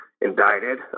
indicted